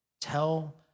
Tell